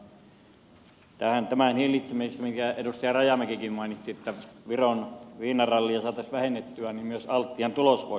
tätä kun saataisiin hillittyä minkä edustaja rajamäkikin mainitsi eli kun viron viinarallia saataisiin vähennettyä myös altian tulos voisi parantua